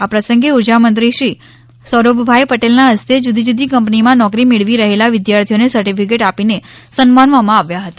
આ પ્રસંગે ઉર્જામંત્રી શ્રી સૌરભભાઈ પટેલના હસ્તે જુદી જુદી કંપનીમાં નોકરી મેળવી રહેલા વિદ્યાર્થીઓને સર્ટીફિકેટ આપીને સન્માનવામાં આવ્યા હતાં